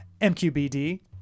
MQBD